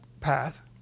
path